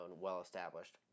well-established